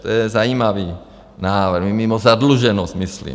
To je zajímavý návrh, mimo zadluženost myslím.